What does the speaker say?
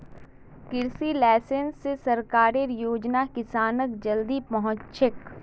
कृषि लाइसेंस स सरकारेर योजना किसानक जल्दी पहुंचछेक